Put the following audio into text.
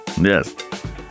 Yes